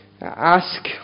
ask